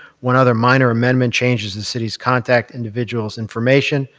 one other minor amendment changes the city's contact individual's information.